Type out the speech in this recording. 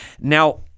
Now